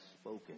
spoken